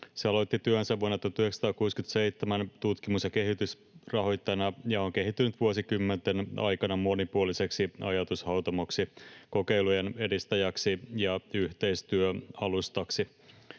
Se aloitti työnsä vuonna 1967 tutkimus- ja kehitysrahoittajana ja on kehittynyt vuosikymmenten aikana monipuoliseksi ajatushautomoksi, kokeilujen edistäjäksi ja yhteistyöalustaksi.